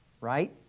right